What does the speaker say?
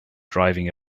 driving